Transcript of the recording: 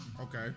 okay